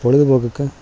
பொழுதுப்போக்குக்கு